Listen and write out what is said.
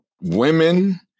Women